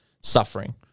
suffering